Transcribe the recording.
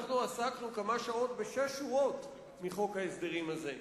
עסקנו כמה שעות בשש שורות מחוק ההסדרים הזה.